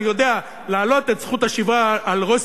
אני יודע שלהעלות את זכות השיבה על ראש